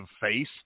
face